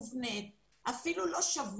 ותקיים מחר דיון שני שעיקרו אישור המשל"ט במשרד הבריאות,